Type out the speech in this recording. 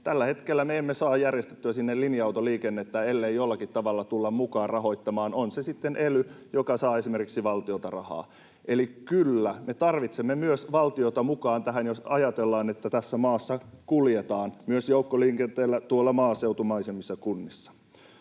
Tällä hetkellä me emme saa järjestettyä sinne linja-autoliikennettä, ellei jollakin tavalla tulla mukaan rahoittamaan, on se sitten vaikka esimerkiksi ely, joka saa valtiolta rahaa. Eli kyllä me tarvitsemme myös valtiota mukaan tähän, jos ajatellaan, että tässä maassa kuljetaan myös joukkoliikenteellä tuolla maaseutumaisemmissa kunnissa.